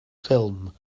ffilm